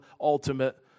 ultimate